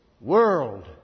world